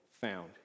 found